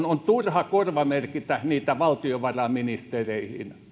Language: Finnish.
on turha korvamerkitä valtiovarainministereihin